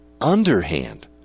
underhand